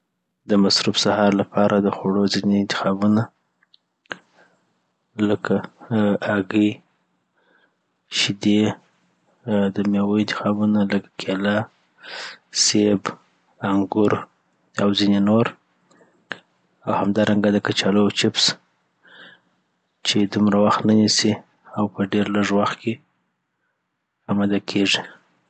دمصروف سهار لپاره دخوړو ځیني انتخابونه لکه آ هګې، شیدې، آ د مېوو انتخابونه ،لکه کېله، سیب، انګور، او ځیني نور اوهمدارنګه دکچالوو چیپس چی دومره وخت نه نیسي او په ډیر لږ وخت کی امده کیږی